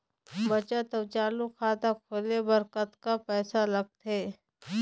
बचत अऊ चालू खाता खोले बर कतका पैसा लगथे?